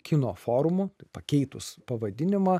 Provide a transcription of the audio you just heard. kino forumo pakeitus pavadinimą